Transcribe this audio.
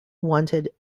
wanted